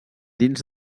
dins